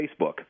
Facebook